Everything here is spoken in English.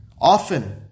Often